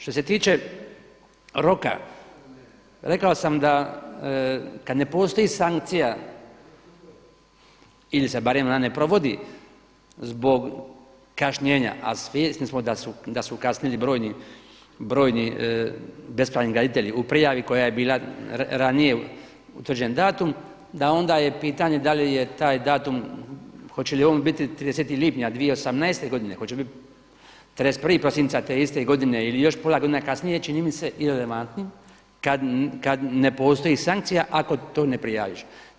Što se tiče roka, rekao sam da kada ne postoji sankcija ili se barem ona ne provodi zbog kašnjenja a svjesni smo da su kasnili brojni bespravni graditelji u prijavi koja je bila ranije utvrđen datum da onda je pitanje da li je taj datum, hoće li on biti 30. lipnja 2018. godine, hoće biti 31. prosinca te iste godine ili još pola godine kasnije, čini mi se irelevantnim kada ne postoji sankcija ako to ne prijaviš.